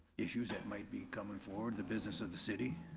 issues that might be coming forward, the business of the city?